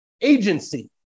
agency